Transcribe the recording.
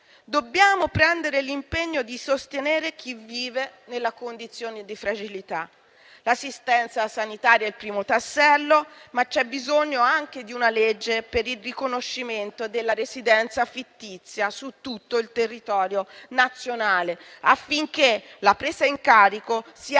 Dobbiamo assumere l'impegno di sostenere chi vive in condizione di fragilità. L'assistenza sanitaria è il primo tassello, ma c'è bisogno anche di una legge per il riconoscimento della residenza fittizia su tutto il territorio nazionale, affinché la presa in carico sia